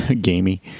gamey